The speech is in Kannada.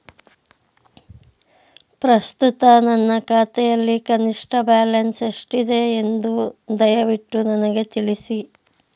ಪ್ರಸ್ತುತ ನನ್ನ ಖಾತೆಯಲ್ಲಿ ಕನಿಷ್ಠ ಬ್ಯಾಲೆನ್ಸ್ ಎಷ್ಟಿದೆ ಎಂದು ದಯವಿಟ್ಟು ನನಗೆ ತಿಳಿಸಿ